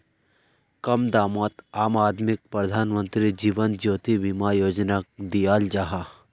कम दामोत आम आदमीक प्रधानमंत्री जीवन ज्योति बीमा योजनाक दियाल जाहा